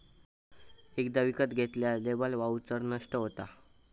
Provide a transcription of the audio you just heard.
एकदा विकत घेतल्यार लेबर वाउचर नष्ट होता